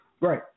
Right